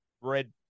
red